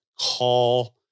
Call